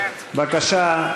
בבקשה,